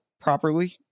properly